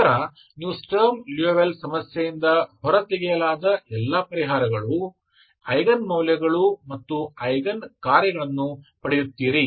ನಂತರ ನೀವು Sturm Liouville ಸಮಸ್ಯೆಯಿಂದ ಹೊರತೆಗೆಯಲಾದ ಎಲ್ಲಾ ಪರಿಹಾರಗಳು ಐಗನ್ ಮೌಲ್ಯಗಳು ಮತ್ತು ಐಗನ್ ಕಾರ್ಯಗಳನ್ನು ಪಡೆಯುತ್ತೀರಿ